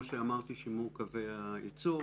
ושימור קווי הייצור.